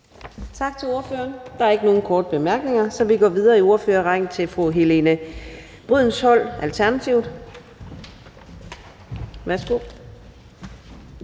Tak til ordføreren. Der er ikke nogen korte bemærkninger, så vi går videre i ordførerrækken til fru Helene Liliendahl Brydensholt, Alternativet. Værsgo.